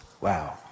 Wow